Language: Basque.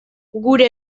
gure